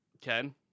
Ken